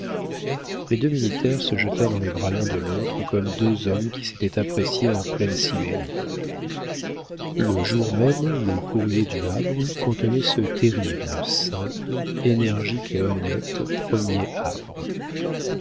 les deux militaires se jetèrent dans les bras l'un de l'autre comme deux hommes qui s'étaient appréciés en pleine sibérie le jour même le courrier du havre contenait ce terrible simple énergique et honnête premier havre